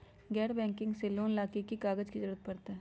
गैर बैंकिंग से लोन ला की की कागज के जरूरत पड़तै?